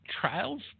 trials